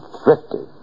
thrifty